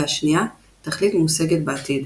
והשנייה – תכלית מושגת בעתיד.